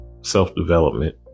self-development